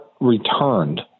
returned